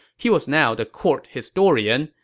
he was now the court historian,